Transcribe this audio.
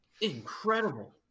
incredible